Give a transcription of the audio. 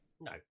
No